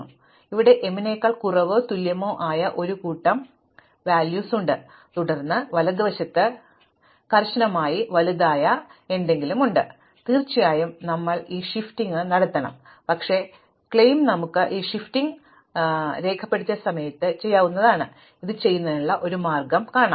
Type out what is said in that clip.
അതിനാൽ ഇവിടെ m നേക്കാൾ കുറവോ തുല്യമോ ആയ ഒരു കൂട്ടം മൂല്യങ്ങളുണ്ട് തുടർന്ന് വലതുവശത്ത് കർശനമായി വലുതായ എന്തെങ്കിലും ഉണ്ട് അതിനാൽ തീർച്ചയായും ഞങ്ങൾ ഈ ഷിഫ്റ്റിംഗ് നടത്തണം പക്ഷേ ക്ലെയിം നമുക്ക് ഈ ഷിഫ്റ്റിംഗ് രേഖീയ സമയത്ത് ചെയ്യാനാകുമെന്നതാണ് ഇത് ചെയ്യുന്നതിനുള്ള ഒരു മാർഗം ഞങ്ങൾ കാണും